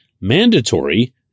mandatory